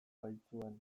baitzuen